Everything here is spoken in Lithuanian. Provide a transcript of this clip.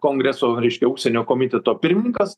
kongreso reiškia užsienio komiteto pirmininkas